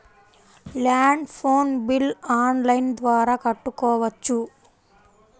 Land phone bill online ద్వారా కట్టుకోవచ్చు?